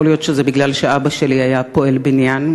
יכול להיות שזה כי אבא שלי היה פועל בניין,